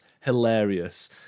hilarious